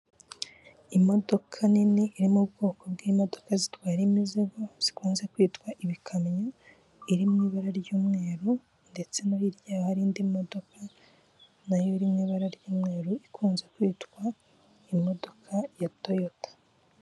Imodoka nini iri mu bwoko bw'imodoka zitwara imizigo zikunze kwitwa ibikamyo iri mu ibara ry'umweru ndetse no hirya hari indi modoka nayo iri mu ibara ry'umweru ikunze kwitwa imodoka ya toyota.